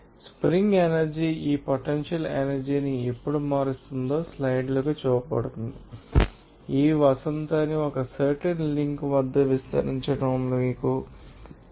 spring energy ఈ potential energy ని ఎప్పుడు మారుస్తుందో స్లైడ్లకు చూపబడుతుంది ఈ వసంతాన్ని ఒక సర్టెన్ లింక్ వద్ద విస్తరించడం మీకు తెలుసు